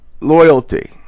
Loyalty